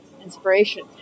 inspiration